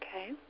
Okay